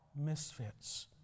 misfits